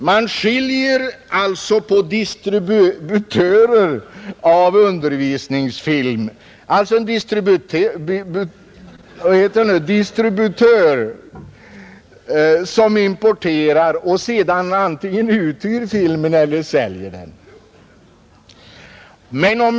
Man skiljer alltså på vanlig distributör av undervisningsfilm och sådan distributör som importerar för att sedan antingen hyra ut filmen eller sälja den.